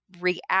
react